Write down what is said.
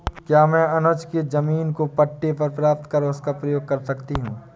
क्या मैं अनुज के जमीन को पट्टे पर प्राप्त कर उसका प्रयोग कर सकती हूं?